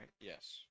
Yes